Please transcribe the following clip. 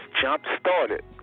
jump-started